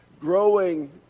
growing